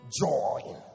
joy